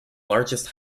largest